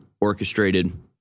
orchestrated